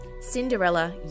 Cinderella